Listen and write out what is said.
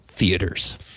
theaters